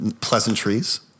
pleasantries